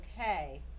okay